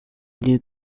new